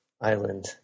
island